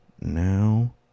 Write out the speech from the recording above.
now